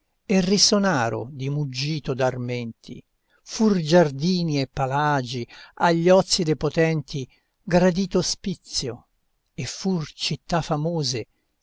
e risonaro di muggito d'armenti fur giardini e palagi agli ozi de potenti gradito ospizio e fur città famose